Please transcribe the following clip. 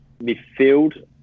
midfield